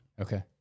Okay